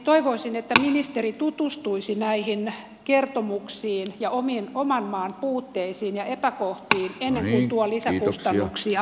toivoisin että ministeri tutustuisi näihin kertomuksiin ja oman maan puutteisiin ja epäkohtiin ennen kuin tuo lisäkustannuksia